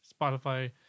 Spotify